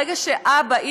ברגע שאבא,